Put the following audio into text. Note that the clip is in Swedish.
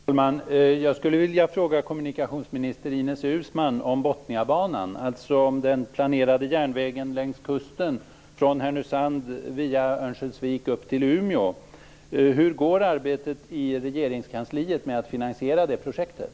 Fru talman! Jag skulle vilja fråga kommunikationsminister Ines Uusmann om Botniabanan, dvs. Regeringskansliet med att finansiera det projektet?